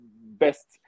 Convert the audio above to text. best